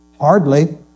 Hardly